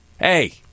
hey